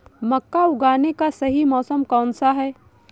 मक्का उगाने का सही मौसम कौनसा है?